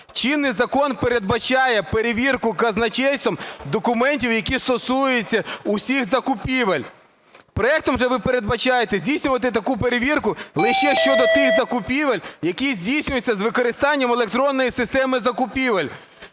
Чинний закон передбачає перевірку казначейством документів, які стосуються усіх закупівель. Проектом же ви передбачаєте здійснювати таку перевірку лише щодо тих закупівель, які здійснюються з використанням електронної системи закупівель.